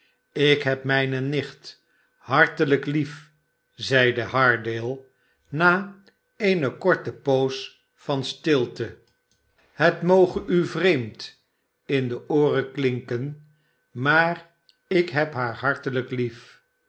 ik heb mijne nicht hartelijk lief zeide haredale na eene korte poos van stilte het moge u vreemd in de ooren klinken maar ik heb haar hartelijk lief